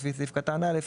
לפי סעיף קטן (א),